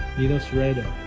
needle threader